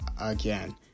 again